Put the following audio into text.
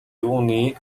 юуны